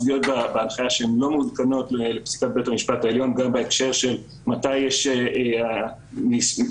שוויונית בהקשר של קיסריה ורעננה.